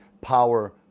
power